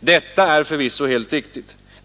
Detta är förvisso helt riktigt.